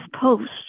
post